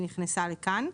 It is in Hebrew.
היא נכנסה לכאן,